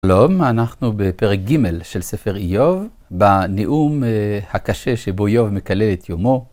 שלום, אנחנו בפרק ג' של ספר איוב, בנאום הקשה שבו איוב מקלל את יומו.